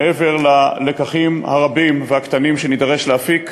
מעבר ללקחים הרבים והקטנים שנידרש להפיק,